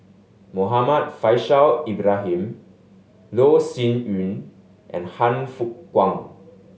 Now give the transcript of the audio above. Muhammad Faishal Ibrahim Loh Sin Yun and Han Fook Kwang